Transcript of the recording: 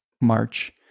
March